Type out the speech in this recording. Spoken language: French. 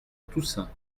toussaint